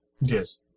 Yes